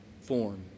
form